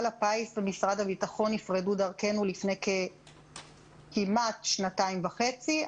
הפיס ומשרד הביטחון נפרדו דרכינו לפני כשנתיים וחצי.